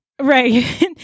right